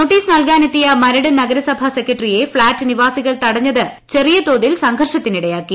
notice നൽകാനെത്തിയ മരട് നഗരസഭാ സെക്രട്ടറിയെ ഫ്ളാറ്റ് നിവാസികൾ തടഞ്ഞത് ചെറിയ തോതിൽ സംഘർഷത്തിനിടയാക്കി